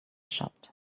shut